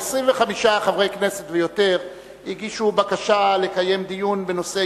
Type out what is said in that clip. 25 חברי כנסת ויותר הגישו בקשה לקיים דיון בנושא: